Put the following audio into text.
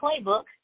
playbook